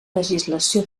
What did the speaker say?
legislació